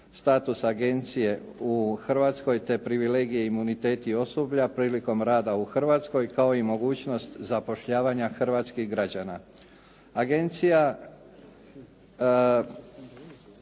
statusa agencije u Hrvatskoj, te privilegije i imuniteti osoblja prilikom rada u Hrvatskoj, kao i mogućnost zapošljavanja hrvatskih građana. Agencija,